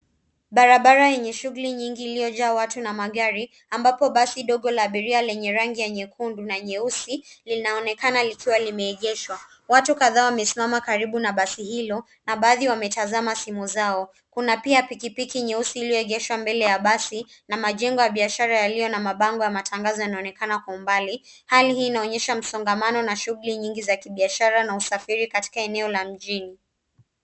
Barabara yenye shughuli nyingi iliyojaa watu na magari, ambapo basi dogo la abiria lenye rangi ya nyekundu na nyeusi, linaonekana likiwa limeegeshwa. Watu kadhaa wamesimama karibu na basi hilo na baadhi wametazama simu zao. Kuna pia pikipiki nyeusi iliyoegeshwa mbele ya basi na majengo ya biashara yaliyo na mabango ya matangazo yanaonekana kwa umbali. Hali hii inaonyesha msongamano na shughuli nyingi za kibiashara na usafiri katika eneo la mjini.